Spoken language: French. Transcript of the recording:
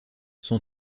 son